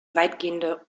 weitgehende